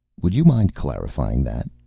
would you mind clarifying that?